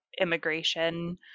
immigration